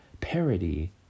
parody